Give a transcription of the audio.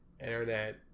internet